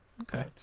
okay